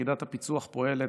יחידת הפיצו"ח פועלת,